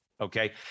okay